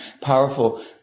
powerful